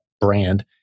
brand